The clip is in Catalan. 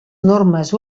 normes